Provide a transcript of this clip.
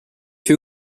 two